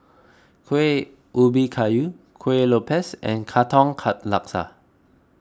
Kuih Ubi Kayu Kueh Lopes and Katong Laksa